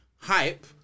hype